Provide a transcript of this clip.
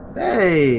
hey